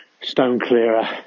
stone-clearer